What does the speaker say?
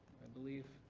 believe,